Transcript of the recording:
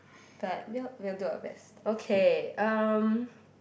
but we'll we'll do our best okay um